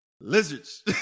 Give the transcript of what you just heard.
lizards